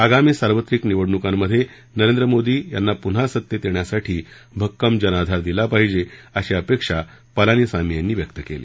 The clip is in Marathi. आगामी सार्वत्रिक निवडणुकांमध्ये नरेंद्र मोदी यांना पुन्हा सत्तेत येण्यासाठी भक्कम जनाधार दिला पाहिजे अशी अपेक्षा पलानीस्वामी यांनी व्यक्त केली